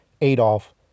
Adolf